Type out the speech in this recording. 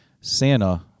Santa